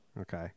Okay